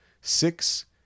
Six